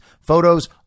photos